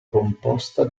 composta